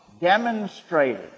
demonstrated